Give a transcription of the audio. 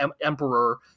emperor –